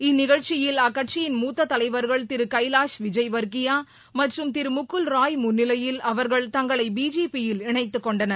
இந்நிகழ்ச்சியில் அக்கட்சியின் மூத்த தலைவர்கள் திரு கைலாஷ் விஜய்வர்க்கியா மற்றும் திரு முகுல்ராய் முன்னிலையில் அவர்கள் தங்களை பிஜேபி யில் இணைந்து கொண்டனர்